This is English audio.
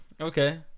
Okay